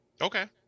Okay